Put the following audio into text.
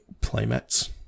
playmats